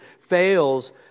fails